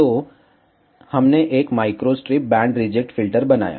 तो हमने एक माइक्रोस्ट्रिप बैंड रिजेक्ट फ़िल्टर बनाया